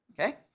Okay